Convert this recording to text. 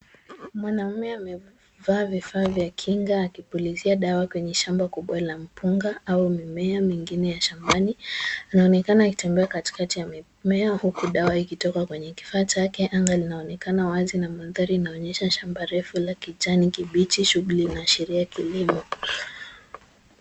Mwanaume amevaa vifaa vya kinga akipulizia dawa kwenye shamba kubwa la mpunga au mimea mingine ya shambani. Anaonekana akitembea katikati ya mimea huku dawa ikitoka kwenye kifaa chake. Anga linaonekana wazi na maandhari inaonyesha shamba refu la kijani kibichi shughuli inaashiria kilimo.